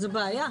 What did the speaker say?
זו בעיה.